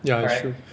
ya it's true